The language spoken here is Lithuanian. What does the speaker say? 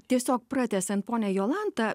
tiesiog pratęsiant ponia jolanta